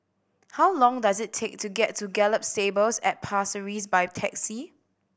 how long does it take to get to Gallop Stables at Pasir Ris by taxi